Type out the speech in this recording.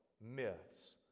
myths